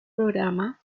programa